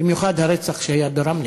במיוחד הרצח שהיה ברמלה,